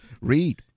Read